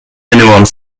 anyone